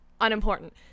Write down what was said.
Unimportant